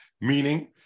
Meaning